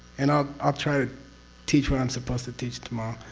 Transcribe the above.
and i'll i'll try to teach what i'm supposed to teach tomorrow.